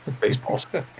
baseball